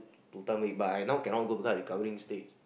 two time weight but I now cannot go because I recovering stage